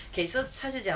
okay so 他就讲